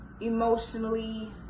emotionally